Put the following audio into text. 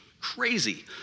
Crazy